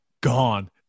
gone